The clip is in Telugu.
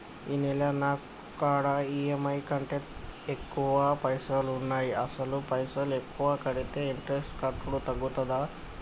ఈ నెల నా కాడా ఈ.ఎమ్.ఐ కంటే ఎక్కువ పైసల్ ఉన్నాయి అసలు పైసల్ ఎక్కువ కడితే ఇంట్రెస్ట్ కట్టుడు తగ్గుతదా?